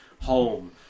home